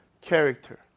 character